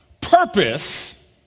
purpose